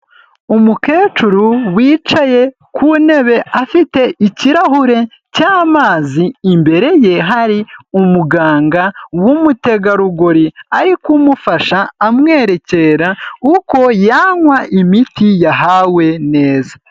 Umukecuru wicaye ku ntebe afite ikirahure cy'amazi, imbere ye hari umuganga w'umutegarugori ari kumufasha amwerekera uko yanywa imiti yahawe neza.